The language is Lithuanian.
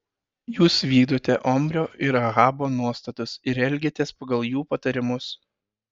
jūs vykdote omrio ir ahabo nuostatus ir elgiatės pagal jų patarimus